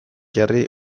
herri